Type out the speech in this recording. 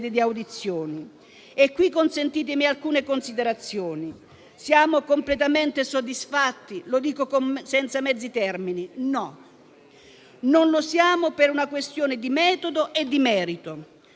di audizione. E qui consentitemi alcune considerazioni. Siamo completamente soddisfatti? Lo dico senza mezzi termini: no. Non lo siamo per una questione di metodo e di merito.